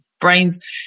brains